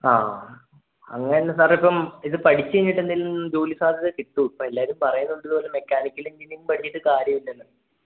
ആ അങ്ങനെ സാറേ ഇപ്പം ഇത് പഠിച്ച് കഴിഞ്ഞിട്ട് എന്തേലും ജോലി സാധ്യത കിട്ടുമോ ഇപ്പം എല്ലാവരും പറയുന്നുണ്ടല്ലോ മെക്കാനിക്കൽ എൻജിനീയറിങ് പഠിച്ചിട്ട് കാര്യം ഇല്ലെന്ന്